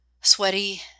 sweaty